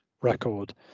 record